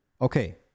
okay